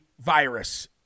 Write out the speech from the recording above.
virus